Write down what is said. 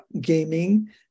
gaming